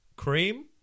Cream